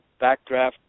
backdraft